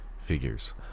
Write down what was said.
Figures